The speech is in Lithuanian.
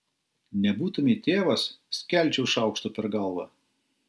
nebūtumei tėvas skelčiau šaukštu per galvą